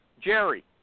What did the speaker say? Jerry